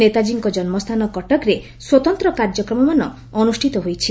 ନେତାଜୀଙ୍କ ଜନ୍ମସ୍ଥାନ କଟକରେ ସ୍ୱତନ୍ତ୍ର କାର୍ଯ୍ୟକ୍ରମମାନ ଅନୁଷ୍ଠିତ ହୋଇଛି